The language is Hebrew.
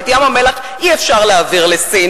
ואת ים-המלח אי-אפשר להעביר לסין,